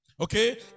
Okay